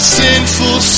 sinful